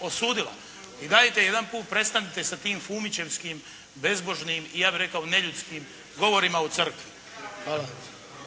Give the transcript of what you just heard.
osudila. I dajte jedanput prestanite sa tim fumičevskim, bezbožnim i ja bih rekao neljudskim govorima o crkvi.